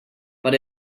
but